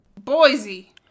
Boise